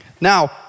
Now